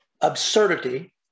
absurdity